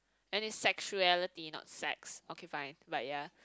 and is sexuality not sex okay fine but ya